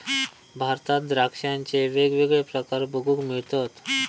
भारतात द्राक्षांचे वेगवेगळे प्रकार बघूक मिळतत